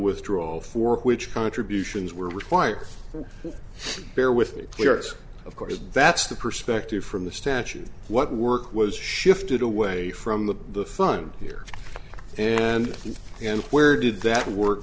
withdrawal for which contributions were required bear with me clearance of course that's the perspective from the statute what work was shifted away from the fun here and then where did that work